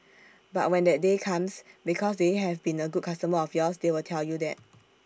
but when that day comes because they have been A good customer of yours they will tell you that